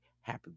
happy